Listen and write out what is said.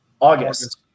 August